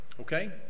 Okay